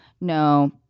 no